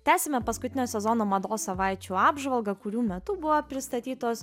tęsiame paskutinio sezono mados savaičių apžvalgą kurių metu buvo pristatytos